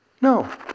No